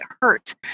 hurt